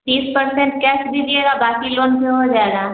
तीस percent cash दीजिएगा बाकी लोन से हो जाएगा